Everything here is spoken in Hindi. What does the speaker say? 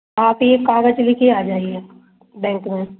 आप ये कागज़ ले कर आ जाइए बैंक में